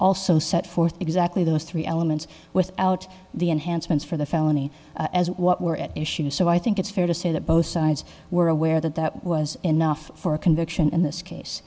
also set forth exactly those three elements without the enhancements for the felony as what were at issue so i think it's fair to say that both sides were aware that that was enough for a conviction in this case